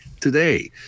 today